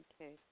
Okay